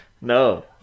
No